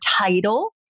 title